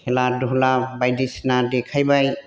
खेला दुला बायदिसिना देखायबाय